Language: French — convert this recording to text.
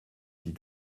dit